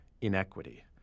inequity